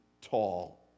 tall